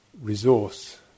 resource